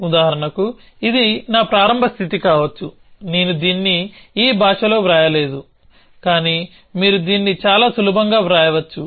ఉదాహరణకు ఇది నా ప్రారంభ స్థితి కావచ్చు నేను దీన్ని ఈ భాషలో వ్రాయలేదు కానీ మీరు దీన్ని చాలా సులభంగా వ్రాయవచ్చు